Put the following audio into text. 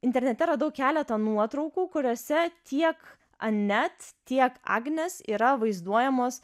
internete radau keletą nuotraukų kuriose tiek anet tiek agnes yra vaizduojamos